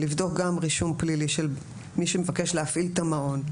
לבדוק גם רישום פלילי של מי שמבקש להפעיל את המעון,